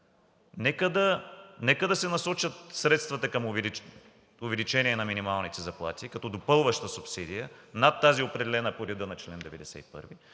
Нека да се насочат средствата към увеличение на минималните заплати като допълваща субсидия над тази, определена по реда на чл. 91,